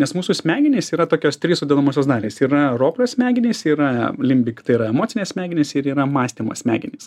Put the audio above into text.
nes mūsų smegenys yra tokios trys sudedamosios dalys yra roplio smegenys yra limbik tai yra emocinės smegenys ir yra mąstymo smegenys